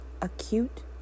Acute